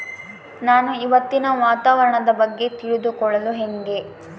ನಾನು ಇವತ್ತಿನ ವಾತಾವರಣದ ಬಗ್ಗೆ ತಿಳಿದುಕೊಳ್ಳೋದು ಹೆಂಗೆ?